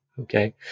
okay